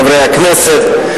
חברי הכנסת,